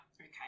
okay